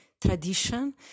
tradition